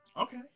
Okay